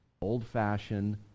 old-fashioned